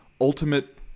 Ultimate